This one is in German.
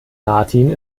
martin